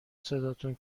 صداتون